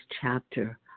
chapter